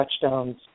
touchdowns